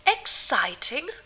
Exciting